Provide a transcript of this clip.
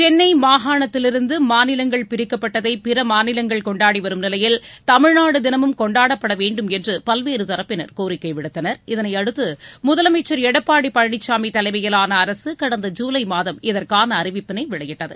சென்னை மாகாணத்திலிருந்து மாநிலங்கள் பிரிக்கப்பட்டதை பிற மாநிலங்கள் கொண்டாடி வரும் நிலையில் தமிழ்நாடு தினமும் கொண்டாடப்பட வேண்டும் என்று பல்வேறு தரப்பினர் கோரிக்கை விடுத்தனர் இதனையடுத்து முதலமைச்சர் எடப்பாடி பழனிசாமி தலைமையிவான அரசு கடந்த ஜுலை மாதம் இதற்கான அறிவிப்பினை வெளியிட்டது